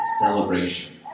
celebration